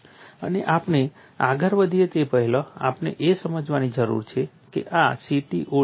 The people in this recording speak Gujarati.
અને આપણે આગળ વધીએ તે પહેલાં આપણે એ સમજવાની જરૂર છે કે આ CTOD શું છે